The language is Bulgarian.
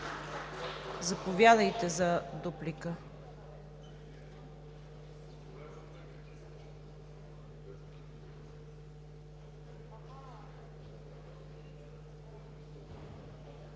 заповядайте за реплика.